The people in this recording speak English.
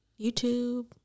YouTube